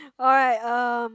alright um